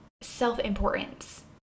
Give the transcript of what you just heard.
self-importance